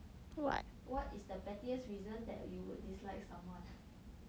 what is the pettiest reason that you would dislike someone